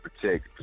protect